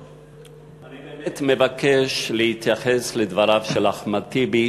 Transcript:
אני באמת מבקש להתייחס לדבריו של אחמד טיבי,